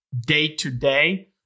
day-to-day